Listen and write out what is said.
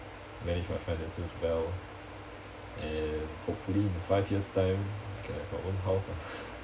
manage my finances well and hopefully in five years time I can have my own house ah